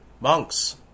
Monks